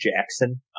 Jackson